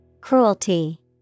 Cruelty